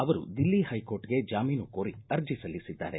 ಅವರು ದಿಲ್ಲಿ ಕೈಕೋರ್ಟ್ಗೆ ಜಾಮೀನು ಕೋರಿ ಆರ್ಜಿ ಸಲ್ಲಿಸಿದ್ದಾರೆ